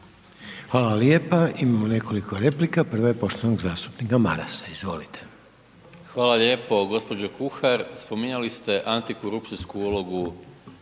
Hvala lijepa. Imamo nekoliko replika, prva je poštovanog zastupnika Marasa, izvolite. **Maras, Gordan (SDP)** Hvala lijepo. Gđo. Kuhar, spominjali ste antikorupcijsku ulogu